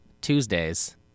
Tuesdays